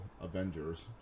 Avengers